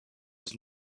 does